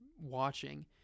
watching